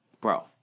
Bro